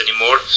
anymore